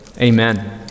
amen